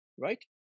right